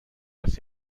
است